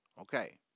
Okay